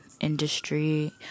industry